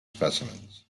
specimens